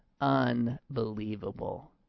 Unbelievable